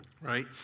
Right